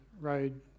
road